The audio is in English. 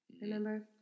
Remember